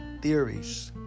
theories